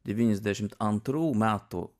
devyniasdešimt antrų metų